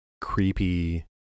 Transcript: creepy